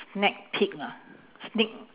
snack peek ah sneak